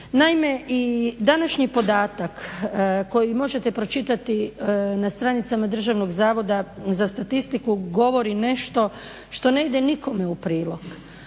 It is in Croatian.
Naime, i današnji podatak koji možete pročitati na stranicama Državnog zavoda za statistiku govori nešto što ne ide nikome u prilog,